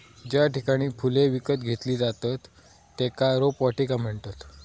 ज्या ठिकाणी फुले विकत घेतली जातत त्येका रोपवाटिका म्हणतत